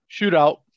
Shootout